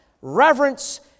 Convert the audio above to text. reverence